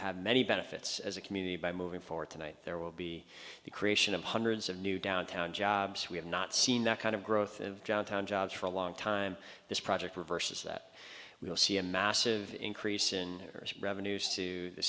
have many benefits as a community by moving forward tonight there will be the creation of hundreds of new downtown jobs we have not seen that kind of growth john town jobs for a long time this project reverses that we will see a massive increase in revenues t